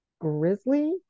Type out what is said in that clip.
grizzly